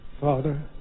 Father